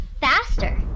faster